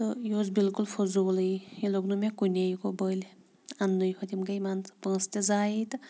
تہٕ یہِ اوس بلکل فضوٗلٕے یہِ لوٚگ نہٕ مےٚ کُنے یہِ گوٚو بٔلۍ اَننٕے یوت یِم گٔے مان ژٕ پونٛسہِ تہِ زایہِ تہٕ